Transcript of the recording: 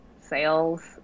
sales